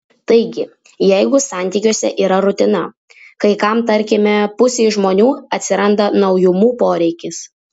taigi jeigu santykiuose yra rutina kai kam tarkime pusei žmonių atsiranda naujumų poreikis